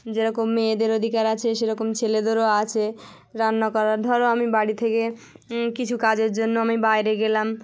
যেরকম মেয়েদের অধিকার আছে সেরকম ছেলেদেরও আছে রান্না করার ধরো আমি বাড়ি থেকে কিছু কাজের জন্য আমি বাইরে গেলাম